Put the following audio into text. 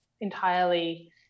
entirely